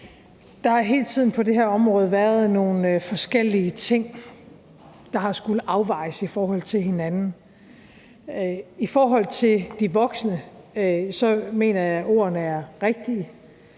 Der har på det her område hele tiden været nogle forskellige ting, der har skullet afvejes i forhold til hinanden. I forhold til de voksne mener jeg, at ordene er rigtige.